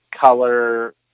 color